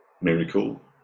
miracle